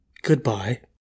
Goodbye